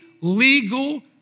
legal